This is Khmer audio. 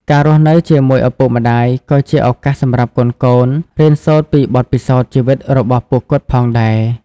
ការរស់នៅជាមួយឪពុកម្តាយ ក៏ជាឱកាសសម្រាប់កូនៗ រៀនសូត្រពីបទពិសោធន៍ជីវិតរបស់ពួកគាត់ផងដែរ។